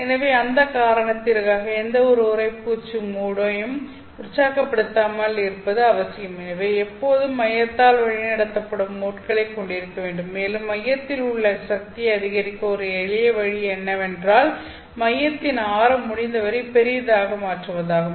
எனவே அந்த காரணத்திற்காக எந்த ஒரு உறைப்பூச்சு மொடயும் உற்சாகப்படுத்தாமல் இருப்பது அவசியம் எனவே எப்பொழுதும் மையத்தால் வழிநடத்தப்படும் மோட்களைக் கொண்டிருக்க வேண்டும் மேலும் மையத்தில் உள்ள சக்தியை அதிகரிக்க ஒரு எளிய வழி என்னவென்றால் மையத்தின் ஆரம் முடிந்தவரை பெரியதாக மாற்றுவதாகும்